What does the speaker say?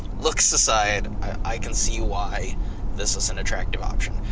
looks aside, i can see why this is an attractive option.